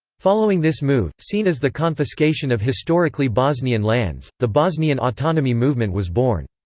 following this move, seen as the confiscation of historically bosnian lands, the bosnian autonomy movement was born.